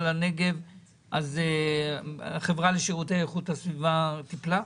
לנגב החברה לשירותי איכות הסביבה טיפלה?